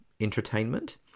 entertainment